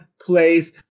place